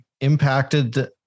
impacted